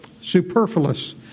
Superfluous